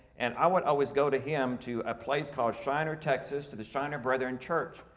and i would always go to him to a place called shiner, texas to the shiner brethren church.